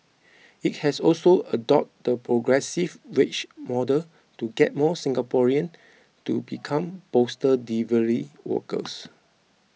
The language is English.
it has also adopted the progressive wage model to get more Singaporeans to become postal delivery workers